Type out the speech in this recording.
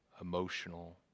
emotional